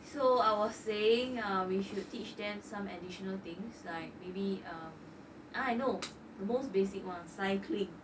so I was saying um we should teach them some additional things like maybe um ah I know the most basic while cycling